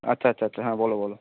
আচ্ছা আচ্ছা আচ্ছা হ্যাঁ বলো বলো